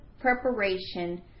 preparation